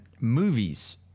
movies